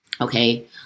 Okay